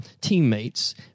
teammates